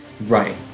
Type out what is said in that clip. Right